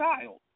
child